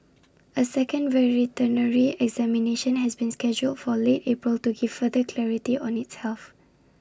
A second veterinary examination has been scheduled for late April to give further clarity on its health